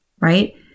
right